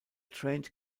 trained